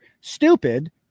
stupid